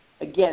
again